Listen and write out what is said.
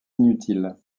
inutiles